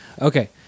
Okay